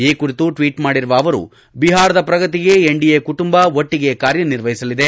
ಈ ಕುರಿತು ಟ್ವೀಟ್ ಮಾಡಿರುವ ಅವರು ಬಿಹಾರದ ಪ್ರಗತಿಗೆ ಎನ್ಡಿಎ ಕುಟುಂಬ ಒಟ್ಟಿಗೆ ಕಾರ್ಯನಿರ್ವಹಿಸಲಿದೆ